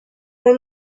who